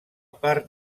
part